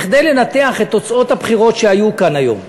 כדי לנתח את תוצאות הבחירות שהיו כאן היום.